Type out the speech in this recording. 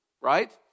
right